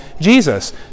Jesus